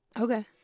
Okay